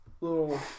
little